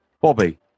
Bobby